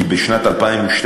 כי בשנת 2012